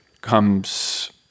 comes